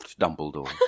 Dumbledore